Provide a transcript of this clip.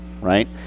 right